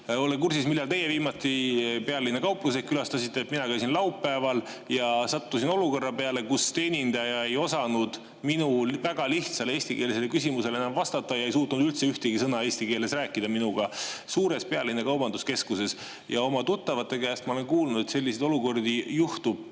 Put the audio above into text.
ole kursis, millal teie viimati pealinna kaupluseid külastasite, aga mina käisin laupäeval ja sattusin olukorda, kus teenindaja ei osanud minu väga lihtsale eestikeelsele küsimusele vastata ja ei suutnud üldse ühtegi sõna eesti keeles minuga rääkida. Suures pealinna kaubanduskeskuses! Oma tuttavate käest ma olen kuulnud, et selliseid olukordi juhtub